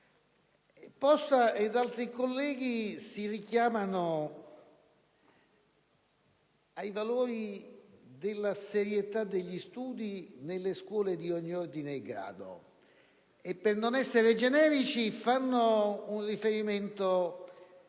Possa ed altri colleghi si richiamano ai valori della serietà degli studi nelle scuole di ogni ordine e grado e, per non essere generici, fanno un riferimento, nel